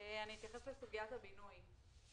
אתייחס לסוגיית הבינוי.